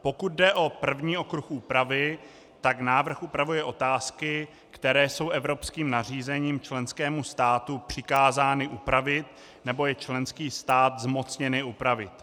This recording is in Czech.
Pokud jde o první okruh úpravy, tak návrh upravuje otázky, které jsou evropským nařízením členskému státu přikázány upravit, nebo je členský stát zmocněn je upravit.